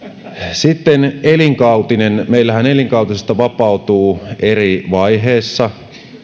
sitten elinkautinen meillähän elinkautisesta vapautuu eri vaiheessa